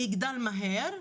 אני אגדל מהר,